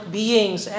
beings